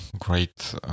great